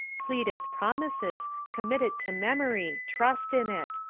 plead its promises, commit it to memory, trust in it.